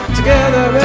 Together